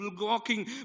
walking